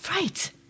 Right